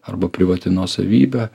arba privati nuosavybė